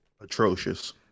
Atrocious